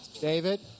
David